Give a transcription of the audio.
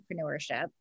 entrepreneurship